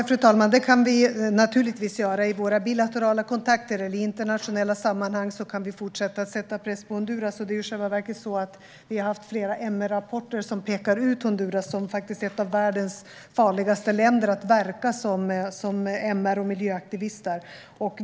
Fru talman! Det kan vi naturligtvis göra i våra bilaterala kontakter, och i internationella sammanhang kan vi fortsätta att sätta press på Honduras. Det är i själva verket så att vi har haft flera MR-rapporter som pekar ut Honduras som ett av världens farligaste länder att verka i som MR och miljöaktivist.